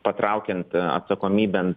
patraukiant atsakomybėn